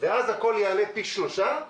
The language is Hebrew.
ואז הכול יעלה פי שלושה,